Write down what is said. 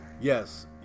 Yes